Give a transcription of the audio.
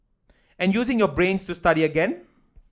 and using your brains to study again